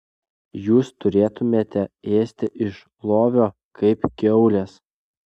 jūs turėtumėte ėsti iš lovio kaip kiaulės